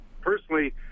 personally